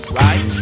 right